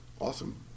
Awesome